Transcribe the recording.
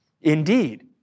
indeed